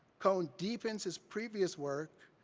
cone deepens his previous work,